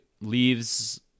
leaves